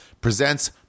presents